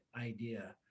idea